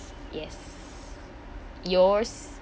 yes yours